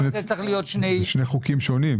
זה שני חוקים שונים.